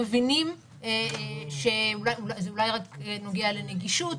זה אולי רק נוגע לנגישות.